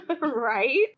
Right